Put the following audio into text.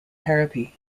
therapy